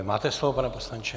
Máte slovo, pane poslanče.